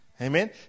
Amen